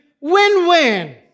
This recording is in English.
win-win